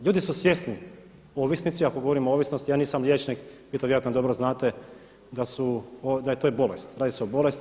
Ljudi su svjesni ovisnici, ako govorimo o ovisnosti, ja nisam liječnik vi to vjerojatno dobro znate da je to bolest, radi se o bolesti.